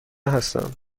هستم